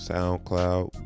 SoundCloud